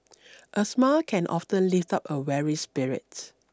a smile can often lift up a weary spirit